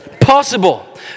Possible